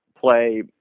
play